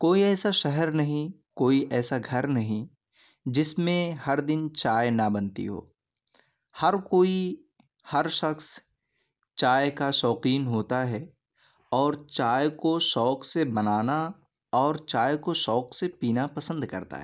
کوئی ایسا شہر نہیں کوئی ایسا گھر نہیں جس میں ہر دن چائے نہ بنتی ہو ہر کوئی ہر شخص چائے کا شوقین ہوتا ہے اور کوئی چائے کو شوق سے بنانا اور چائے کو شوق سے پینا پسند کرتا ہے